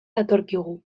datorkigu